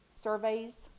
surveys